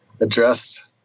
addressed